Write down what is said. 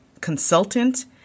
consultant